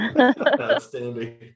Outstanding